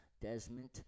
Desmond